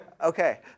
Okay